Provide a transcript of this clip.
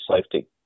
safety